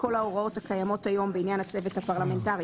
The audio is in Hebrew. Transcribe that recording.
כל ההוראות הקיימות היום בעניין הצוות הפרלמנטרי,